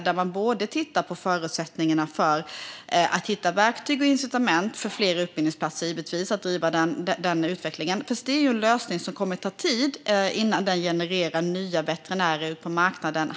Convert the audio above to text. Givetvis behöver man titta på förutsättningarna för att hitta verktyg och incitament för fler utbildningsplatser och driva den utvecklingen, men det kommer att ta tid innan den lösningen genererar nya veterinärer ute på marknaden.